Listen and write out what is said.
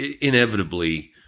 inevitably –